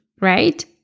right